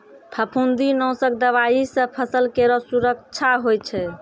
फफूंदी नाशक दवाई सँ फसल केरो सुरक्षा होय छै